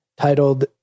titled